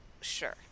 sure